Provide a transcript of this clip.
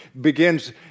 Begins